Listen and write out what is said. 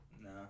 No